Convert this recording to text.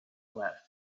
less